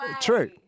True